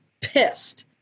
pissed